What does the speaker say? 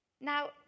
Now